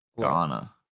Ghana